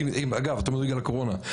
אגב את מדברת על הקורונה,